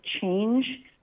change